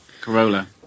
Corolla